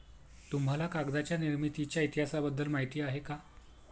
तुम्हाला कागदाच्या निर्मितीच्या इतिहासाबद्दल माहिती आहे का?